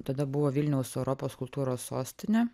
tada buvo vilniaus europos kultūros sostinė